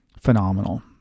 Phenomenal